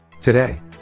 today